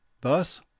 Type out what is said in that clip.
Thus